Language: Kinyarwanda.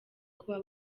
kuba